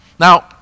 Now